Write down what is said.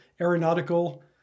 Aeronautical